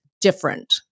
different